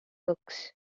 books